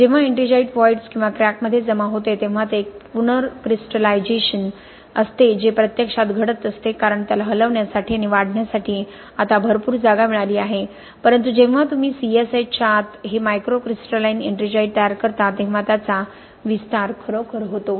जेव्हा ettringite voids किंवा क्रॅकमध्ये जमा होते तेव्हा ते एक पुनर्क्रिस्टलायझेशन असते जे प्रत्यक्षात घडत असते कारण त्याला हलविण्यासाठी आणि वाढण्यासाठी आता भरपूर जागा मिळाली आहे परंतु जेव्हा तुम्ही C S H च्या आत हे मायक्रोक्रिस्टलाइन एट्रिंजाइट तयार करता तेव्हा त्याचा विस्तार खरोखर होतो